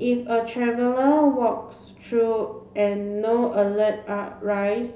if a traveller walks through and no alerts are raised